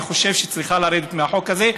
אני חושב שהוא צריך לרדת מהחוק הזה.